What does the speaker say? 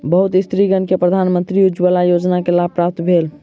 बहुत स्त्रीगण के प्रधानमंत्री उज्ज्वला योजना के लाभ प्राप्त भेल